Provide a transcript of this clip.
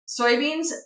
Soybeans